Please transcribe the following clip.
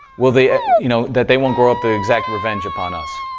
will they you know, that they won't grow up to exact revenge upon us,